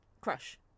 Crush